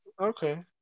Okay